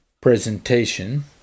presentation